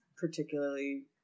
particularly